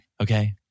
Okay